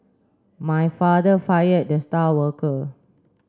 my father fired the star worker